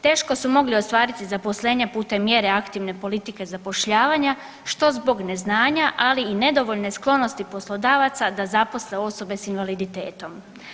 Teško su mogli ostvariti zaposlenje putem mjere aktivne politike zapošljavanja što zbog neznanja, ali i nedovoljne sklonosti poslodavaca da zaposle osobe sa invaliditetom.